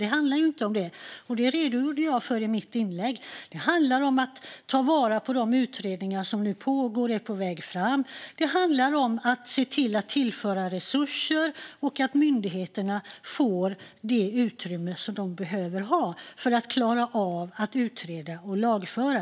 Det handlar inte om det, och detta redogjorde jag för i mitt inlägg. Det handlar om att ta vara på de utredningar som nu pågår och som är på väg fram, att se till att resurser tillförs och att myndigheterna får det utrymme de behöver för att klara av att utreda och lagföra.